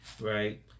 right